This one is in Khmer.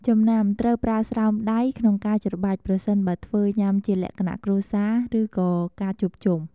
ចំណាំ ត្រូវប្រើស្រោមដៃក្នុងការច្របាច់ប្រសិនបើធ្វើញ៉ាំជាលក្ខណៈគ្រួសារ ឬក៏ការជួបជុំ។